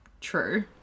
True